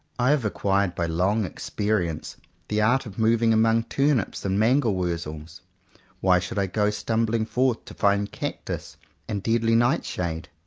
i have acquired by long experience the art of moving among turnips and mangel wurzels why should i go stumbling forth to find cactus and deadly night-shade?